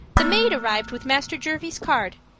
the maid arrived with master jervie's card.